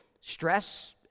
stress